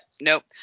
Nope